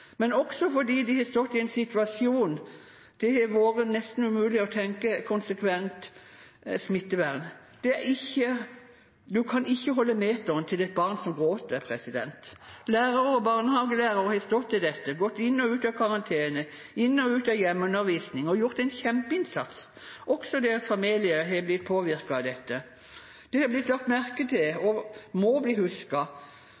men også fordi de har stått i en situasjon der det har vært nesten umulig å tenke konsekvent smittevern. Man kan ikke holde meteren til et barn som gråter. Lærere og barnehagelærere har stått i dette, gått inn og ut av karantene, inn og ut av hjemmeundervisning, og gjort en kjempeinnsats. Også deres familier har blitt påvirket av dette. Det har blitt lagt merke til